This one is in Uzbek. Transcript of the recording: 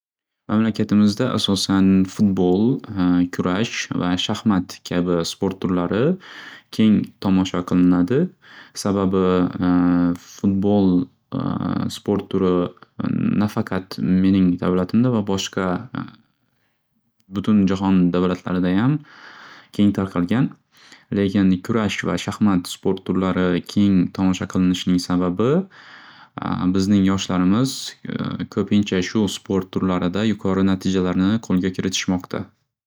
Mamlakatimizda asosan futbol, kurash va shaxmat kabi sport turlari keng tomosha qilinadi sababi futbol sport turi nafaqat mening davlatimda va boshqa butun jahon davlatlaridayam keng tarqalgan lekin kurash va shaxmat sport turlari keng tomosha qilinishining sababi bizning yoshlarimiz ko'pincha shu sport tularida yuqori natijalarni qo'lga kiritishmoqda.